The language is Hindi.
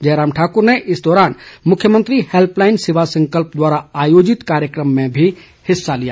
जयराम ठाकूर ने इस दौरान मुख्यमंत्री हैल्पलाईन सेवा संकल्प द्वारा आयोजित कार्यक्रम में भी हिस्सा लिया